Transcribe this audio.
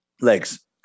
Legs